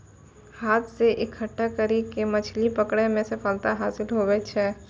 हाथ से इकट्ठा करी के मछली पकड़ै मे सफलता हासिल हुवै छै